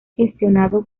gestionado